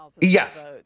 Yes